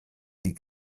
die